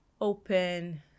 Open